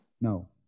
No